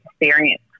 experience